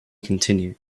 continued